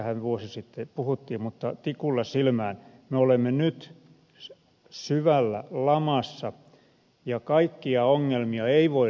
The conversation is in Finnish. tästähän vuosi sitten puhuttiin mutta tikulla silmään me olemme nyt syvällä lamassa ja kaikkia ongelmia ei voi lykätä